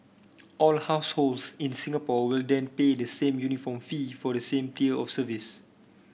all households in Singapore will then pay the same uniform fee for the same tier of service